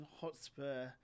Hotspur